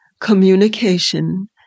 communication